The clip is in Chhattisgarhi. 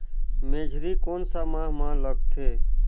मेझरी कोन सा माह मां लगथे